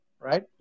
right